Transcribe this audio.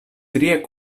tria